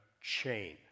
chain